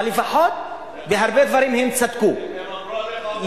אבל, לפחות בהרבה דברים הם צדקו, לגבי.